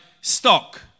stock